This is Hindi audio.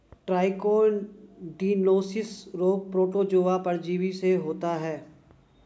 ट्राइकोडिनोसिस रोग प्रोटोजोआ परजीवी से होता है